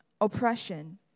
oppression